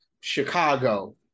Chicago